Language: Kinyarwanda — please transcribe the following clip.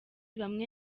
bamwe